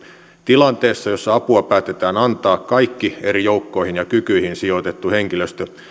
tilanteessa jossa apua päätetään antaa kaikki eri joukkoihin ja kykyihin sijoitettu henkilöstö